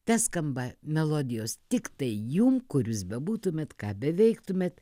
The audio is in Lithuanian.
teskamba melodijos tiktai jum kur jūs bebūtumėt ką beveiktumėt